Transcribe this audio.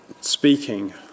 speaking